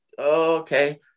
okay